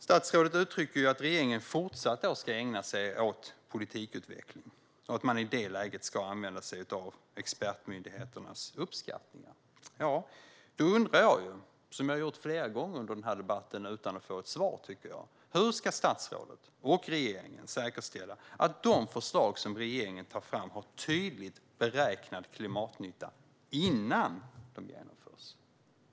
Statsrådet uttrycker att regeringen fortsatt ska ägna sig åt politikutveckling och att man i det läget ska använda sig av expertmyndigheternas uppskattningar. Då undrar jag, som jag har gjort flera gånger under den här debatten utan att få ett svar, tycker jag: Hur ska statsrådet och regeringen säkerställa att de förslag som regeringen tar fram har tydligt beräknad klimatnytta innan de genomförs?